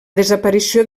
desaparició